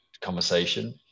conversation